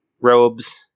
robes